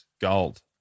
gold